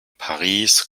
paris